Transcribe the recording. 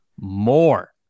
more